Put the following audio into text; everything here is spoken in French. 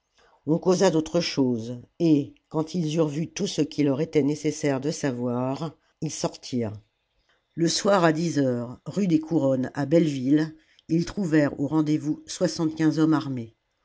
on causa d'autre chose et quand ils eurent vu tout ce qui leur était nécessaire de savoir ils sortirent le soir à dix heures rue des couronnes à belleville ils trouvèrent au rendez-vous soixante-quinze hommes armés